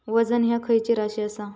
वजन ह्या खैची राशी असा?